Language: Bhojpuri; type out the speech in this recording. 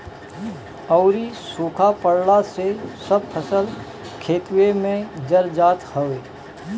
अउरी सुखा पड़ला से सब फसल खेतवे में जर जात हवे